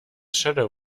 shadow